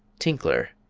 tinkler,